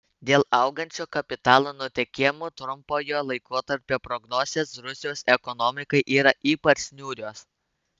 dėl augančio kapitalo nutekėjimo trumpojo laikotarpio prognozės rusijos ekonomikai yra ypač niūrios